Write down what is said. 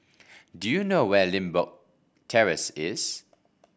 do you know where Limbok Terrace is